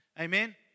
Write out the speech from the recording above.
Amen